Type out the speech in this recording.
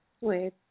Wait